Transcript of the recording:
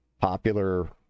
popular